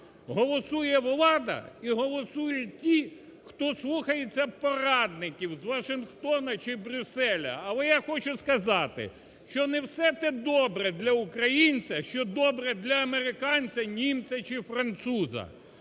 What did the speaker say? Голосує влада і голосують ті, хто слухається порадників з Вашингтону чи Брюсселю. Але я хочу сказати, що не все те добре для українця, що добре для американця, німця чи француза.